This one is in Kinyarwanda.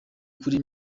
kuri